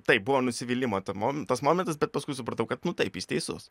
taip buvo nusivylimo tuo mom tas momentas bet paskui supratau kad nu taip jis teisus